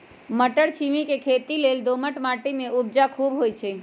मट्टरछिमि के खेती लेल दोमट माटी में उपजा खुब होइ छइ